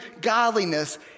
godliness